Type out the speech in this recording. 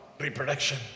reproduction